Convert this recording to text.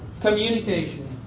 communication